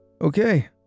Okay